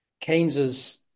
Keynes's